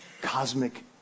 Cosmic